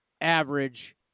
average